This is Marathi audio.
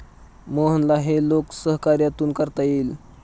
मोहनला हे लोकसहकार्यातून करता येईल